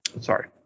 Sorry